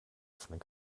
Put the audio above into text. offenen